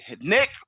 nick